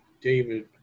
David